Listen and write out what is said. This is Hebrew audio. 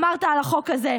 אמרת על החוק הזה,